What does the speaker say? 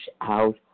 out